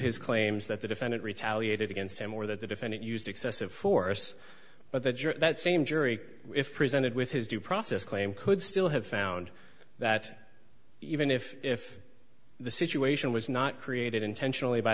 his claims that the defendant retaliated against him or that the defendant used excessive force but that your that same jury if presented with his due process claim could still have found that even if the situation was not created intentionally by